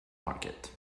market